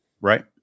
Right